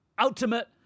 ultimate